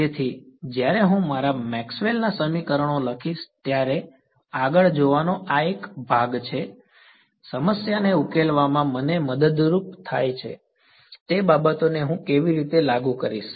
તેથી જ્યારે હું મારા મેક્સવેલ ના સમીકરણો લખીશ ત્યારે આગળ જોવાનો આ એક ભાગ છે સમસ્યાને ઉકેલવામાં મને મદદરૂપ થાય તે બાબતને હું કેવી રીતે લાગુ કરીશ